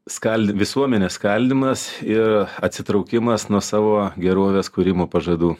skaldė visuomenės skaldymas ir atsitraukimas nuo savo gerovės kūrimo pažadų